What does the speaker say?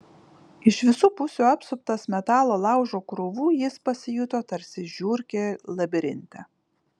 iš visų pusių apsuptas metalo laužo krūvų jis pasijuto tarsi žiurkė labirinte